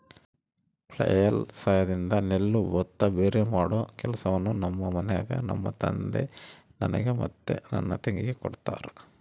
flail ಸಹಾಯದಿಂದ ನೆಲ್ಲು ಭತ್ತ ಭೇರೆಮಾಡೊ ಕೆಲಸವನ್ನ ನಮ್ಮ ಮನೆಗ ನಮ್ಮ ತಂದೆ ನನಗೆ ಮತ್ತೆ ನನ್ನ ತಂಗಿಗೆ ಕೊಡ್ತಾರಾ